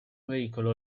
veicolo